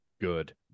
Good